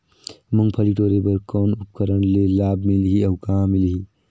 मुंगफली टोरे बर कौन उपकरण ले लाभ मिलही अउ कहाँ मिलही?